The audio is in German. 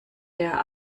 der